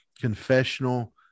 confessional